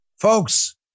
folks